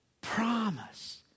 promise